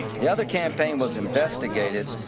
the other campaign was investigated